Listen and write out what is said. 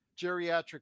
geriatric